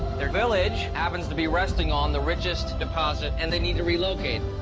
their village happens to be resting on the richest deposit and they need to relocate.